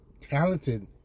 talented